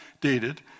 dated